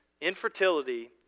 Infertility